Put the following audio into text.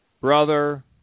brother